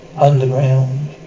underground